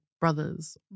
brothers